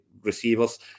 Receivers